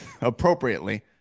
appropriately